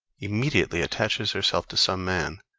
immediately attaches herself to some man,